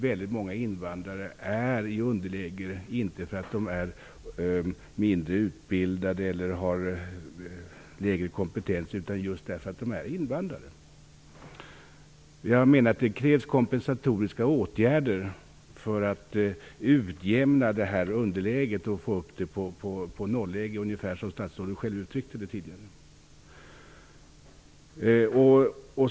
Väldigt många invandrare är i underläge, inte för att de har mindre utbildning eller lägre kompetens utan just för att de är invandrare. Det krävs kompensatoriska åtgärder för att utjämna detta underläge och få upp det på ett nolläge ungefär som statsrådet själv uttryckte det tidigare.